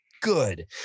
good